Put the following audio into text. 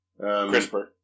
CRISPR